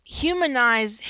humanize